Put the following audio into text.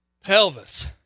Pelvis